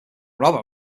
rubber